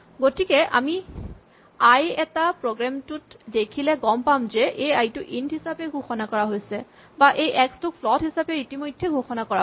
গতিকে আমি আই এটা প্ৰগ্ৰেম টোত দেখিলে গম পাম যে এই আই টো ইন্ট হিচাপে ঘোষণা কৰা হৈছে বা এই এক্স টোক ফ্লট হিচাপে ইতিমধ্যে ঘোষণা কৰা হৈছে